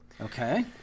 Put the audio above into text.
Okay